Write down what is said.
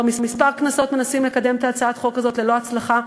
כבר כמה כנסות מנסים לקדם את הצעת החוק הזאת ללא הצלחה,